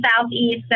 southeast